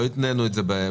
לא התנינו את זה בהצבעה,